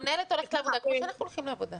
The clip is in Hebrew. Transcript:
המנהלת הולכת לעבודה כפי שאנחנו הולכים לעבודה.